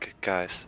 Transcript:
Guys